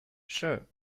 sure